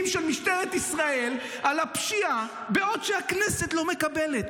של משטרת ישראל על הפשיעה בעוד שהכנסת לא מקבלת.